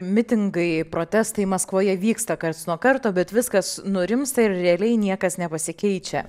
mitingai protestai maskvoje vyksta karts nuo karto bet viskas nurimsta ir realiai niekas nepasikeičia